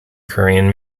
korean